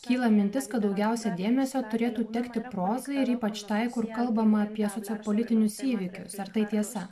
kyla mintis kad daugiausia dėmesio turėtų tekti prozoje ypač tai kur kalbama apie sociopolitinius įvykius ar tai tiesa